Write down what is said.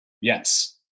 Yes